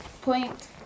Point